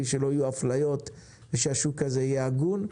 שלא יהיו אפליות ושהשוק הזה יהיה הגון,